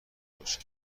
باشه